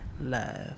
love